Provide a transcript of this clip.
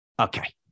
Okay